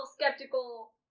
skeptical